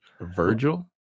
virgil